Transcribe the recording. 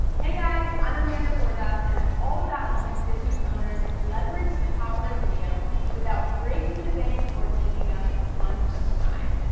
hey, guys, i'm amanda horvath, and i'm all about helping business owners leverage the power of video without breaking the bank or taking up tons of time.